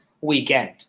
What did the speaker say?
weekend